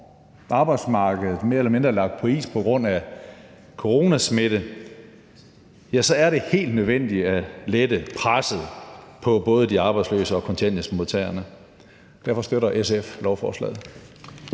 arbejdsmarkedet mere eller mindre er lagt på is på grund af coronasmitten, er det helt nødvendigt at lette presset på både de arbejdsløse og kontanthjælpsmodtagerne. Derfor støtter SF lovforslaget.